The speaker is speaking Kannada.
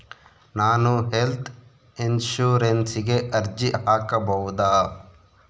ನಾನು ಹೆಲ್ತ್ ಇನ್ಶೂರೆನ್ಸಿಗೆ ಅರ್ಜಿ ಹಾಕಬಹುದಾ?